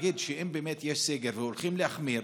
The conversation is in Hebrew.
אם באמת יש סגר והולכים להחמיר,